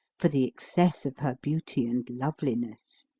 for the excess of her beauty and loveliness.